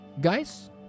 guys